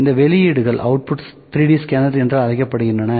இந்த வெளியீடுகள் 3D scans என்று அழைக்கப்படுகின்றன